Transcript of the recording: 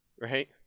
right